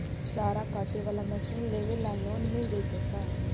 चारा काटे बाला मशीन लेबे ल लोन मिल जितै का?